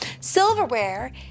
Silverware